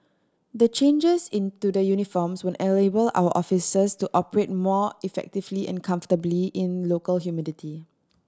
the changes into the uniforms will enable our officers to operate more effectively and comfortably in local humidity